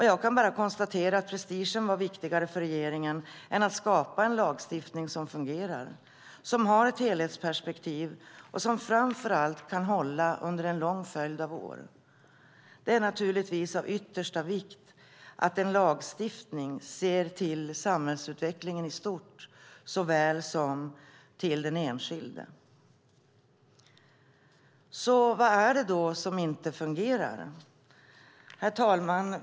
Jag kan bara konstatera att prestigen var viktigare för regeringen än att skapa en lagstiftning som fungerar, som har ett helhetsperspektiv och som framför allt kan hålla under en lång följd av år. Det är naturligtvis av yttersta vikt att en lagstiftning ser till samhällsutvecklingen i stort såväl som till den enskilde. Vad är det då som inte fungerar? Herr talman!